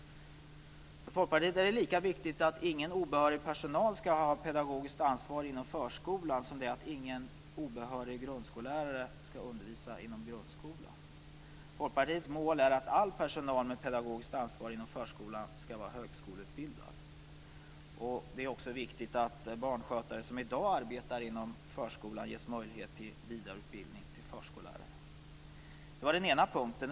För Folkpartiet är det lika viktigt att ingen obehörig personal skall ha pedagogiskt ansvar inom förskolan som det är att ingen obehörig grundskollärare skall undervisa inom grundskolan. Folkpartiets mål är att all personal med pedagogiskt ansvar inom förskolan skall vara högskoleutbildad. Det är också viktigt att de barnskötare som i dag arbetar inom förskola ges möjlighet till vidareutbildning till förskollärare. Det var den ena punkten.